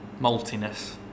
maltiness